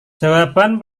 jawaban